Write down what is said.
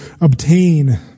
obtain